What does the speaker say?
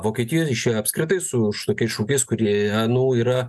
vokietijoje išėjo apskritai su tokiais šūkiais kurie nu yra